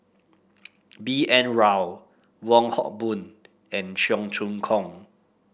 B N Rao Wong Hock Boon and Cheong Choong Kong